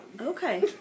Okay